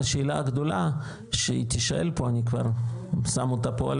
השאלה הגדולה שתישאל פה ואני שם אותה פה,